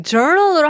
Journal